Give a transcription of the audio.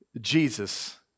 Jesus